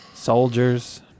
Soldiers